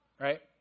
Right